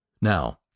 Now